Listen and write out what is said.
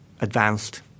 advanced